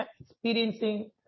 experiencing